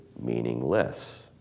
meaningless